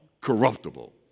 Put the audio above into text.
corruptible